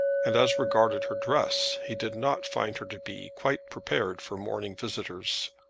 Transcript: and as regarded her dress he did not find her to be quite prepared for morning visitors.